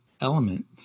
element